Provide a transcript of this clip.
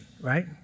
right